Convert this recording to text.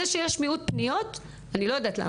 זה שיש מיעוט פניות, אני לא יודעת למה.